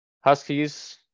Huskies